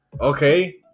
Okay